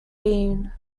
bean